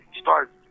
start